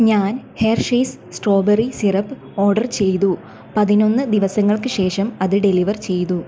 ഞാൻ Hershey's strawberry syrup order ചെയ്തു പതിനൊന്ന് ദിവസങ്ങൾക്ക് ശേഷം അത് ഡെലിവർ ചെയ്തു